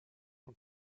und